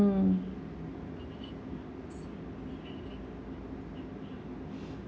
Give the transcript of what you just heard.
mm